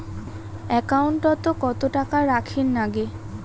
একাউন্টত কত টাকা রাখীর নাগে?